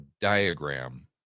diagram